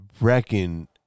reckon